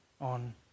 on